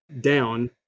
down